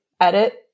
edit